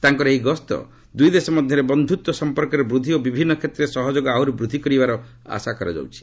ତାଙ୍କର ଏହି ଗସ୍ତ ଦୁଇଦେଶ ମଧ୍ୟରେ ବନ୍ଧୁତ୍ୱ ସମ୍ପର୍କରେ ବୃଦ୍ଧି ଓ ବିଭିନ୍ନ କ୍ଷେତ୍ରରେ ସହଯୋଗ ଆହୁରି ବୃଦ୍ଧି କରିବାର ଆଶା କରାଯାଉଛି